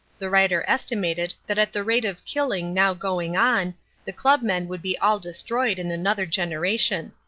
the writer estimated that at the rate of killing now going on the club men would be all destroyed in another generation.